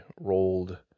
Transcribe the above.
rolled